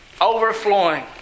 overflowing